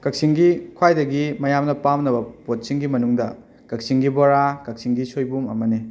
ꯀꯛꯆꯤꯡꯒꯤ ꯈ꯭ꯋꯥꯏꯗꯒꯤ ꯃꯌꯥꯝꯅ ꯄꯥꯝꯅꯕ ꯄꯣꯠꯁꯤꯡꯒꯤ ꯃꯅꯨꯡꯗ ꯀꯛꯆꯤꯡꯒꯤ ꯕꯣꯔꯥ ꯀꯛꯆꯤꯡꯒꯤ ꯁꯣꯏꯕꯨꯝ ꯑꯃꯅꯤ